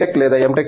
Tech లేదా M